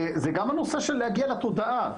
זה גם הנושא של הגעה לתודעה.